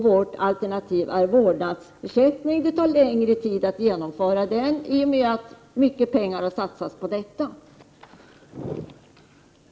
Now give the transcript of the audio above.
Vårt alternativ är vårdnadsersättning, som det tar längre tid att genomföra på grund av att mycket pengar har satsats på föräldraförsäkringen.